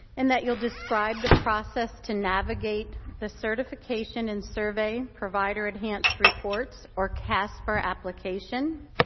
and that you'll describe the process to navigate the certification and survey provider enhanced reports, or casper application,